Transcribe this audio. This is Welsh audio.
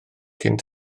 cyn